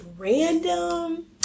random